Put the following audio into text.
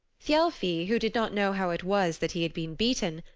thialfi, who did not know how it was that he had been beaten,